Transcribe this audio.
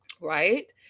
Right